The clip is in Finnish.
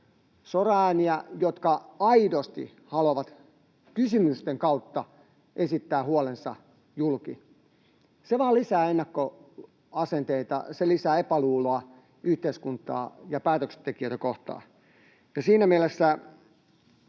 soraääniä, jotka aidosti haluavat kysymysten kautta esittää huolensa julki. Se vain lisää ennakkoasenteita, se lisää epäluuloa yhteiskuntaa ja päätöksentekijöitä kohtaan.